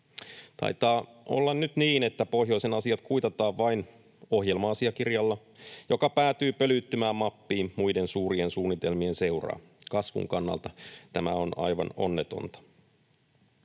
Taitaa olla nyt niin, että pohjoisen asiat kuitataan vain ohjelma-asiakirjalla, joka päätyy pölyttymään mappiin muiden suurien suunnitelmien seuraan. Kasvun kannalta tämä on aivan onnetonta.